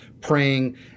praying